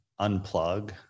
unplug